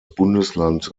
bundesland